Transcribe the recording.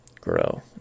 grow